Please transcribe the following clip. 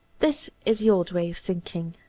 this is the old way of thinking,